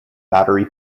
battery